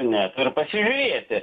net ir pasižiūrėti